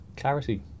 clarity